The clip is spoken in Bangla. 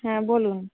হ্যাঁ বলুন